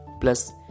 plus